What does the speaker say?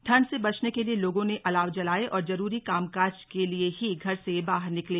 ठंड से बचने के लिए लोगों ने अलाव जलाए और जरूरी कामकाज के लिए ही घर से बाहर निकले